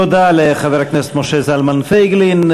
תודה לחבר הכנסת משה זלמן פייגלין.